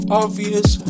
obvious